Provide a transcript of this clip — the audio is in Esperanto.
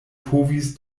povis